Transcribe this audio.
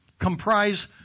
comprise